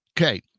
Okay